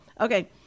Okay